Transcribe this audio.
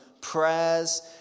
prayers